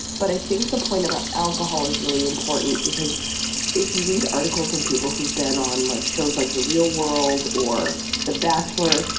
but i think the point about alcohol is really important, because if you read articles from people who've been on like shows like the real world or the bachelor,